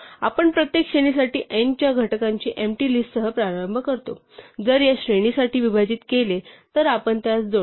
आपण प्रत्येक श्रेणीसाठी n च्या घटकांच्या एम्पटी लिस्ट सह प्रारंभ करतो जर या श्रेणीसाठी विभाजित केले तर आपण त्यास जोडतो